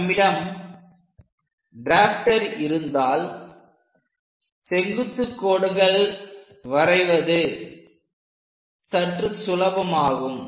நம்மிடம் ட்ராப்ட்டர் இருந்தால் செங்குத்துக் கோடுகள் வரைவது சற்று சுலபமாகும்